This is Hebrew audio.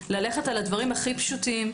ניסינו ללכת על הדברים הכי פשוטים.